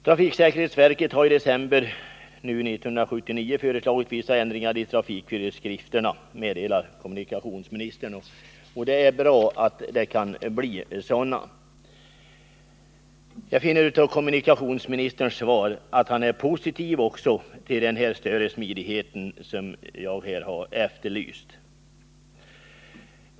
Trafiksäkerhetsverket har i december 1979 föreslagit vissa ändringar i trafikföreskrifterna, meddelar kommunikationsministern, och det är bra att det kan bli sådana. Jag finner av kommunikationsministerns svar att han är positiv också till den större smidighet som jag här har efterlyst.